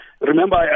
Remember